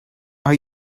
are